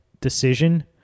decision